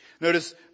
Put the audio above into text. Notice